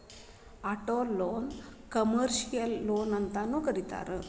ಆಟೊಲೊನ್ನ ಕಮರ್ಷಿಯಲ್ ಲೊನ್ಅಂತನೂ ಕರೇತಾರ